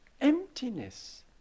emptiness